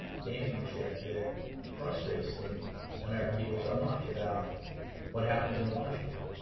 gamesmanship that frustrates the american people so much about what happens in washington.